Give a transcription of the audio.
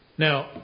Now